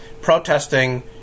protesting